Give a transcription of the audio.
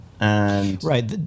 Right